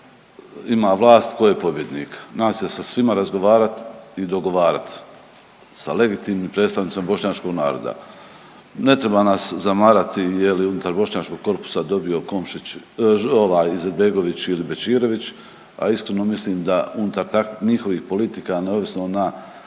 ima vlast, tko je pobjednik. Naći se sa svima, razgovarat i dogovarat sa legitimnim predstavnicima bošnjačkog naroda. Ne treba nas zamarati je li unutar bošnjačkog korpusa dobio Komšić, Izetbegović ili Bećirević, a iskreno mislim da unutar njihovih politika neovisno na